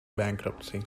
bankruptcy